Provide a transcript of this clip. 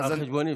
על חשבוני.